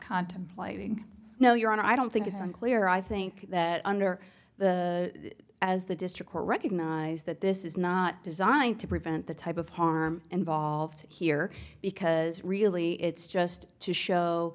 contemplating no your honor i don't think it's unclear i think that under the as the district court recognized that this is not designed to prevent the type of harm involved here because really it's just to show